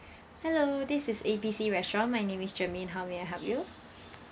hello this is A B C restaurant my name is germaine how may I help you